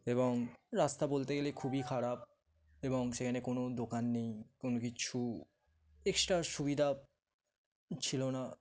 এবং রাস্তা বলতে গেলে খুবই খারাপ এবং সেখানে কোনো দোকান নেই কোনো কিচ্ছু এক্সট্রা সুবিধা ছিল না